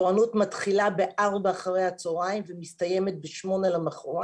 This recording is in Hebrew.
תורנות מתחילה ב-16:00 אחרי הצהריים ומסתיימת ב-20:00 למחרת.